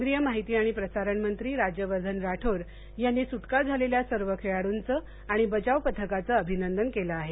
केंद्रीय माहिती आणि प्रसारण मंत्री राज्यवर्धन राठोर यांनी सुटका झालेल्या सर्व खेळाडूंचं आणि बचाव पथकाचं अभिनंदन केलं आहे